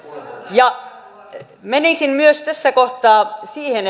menisin tässä kohtaa myös siihen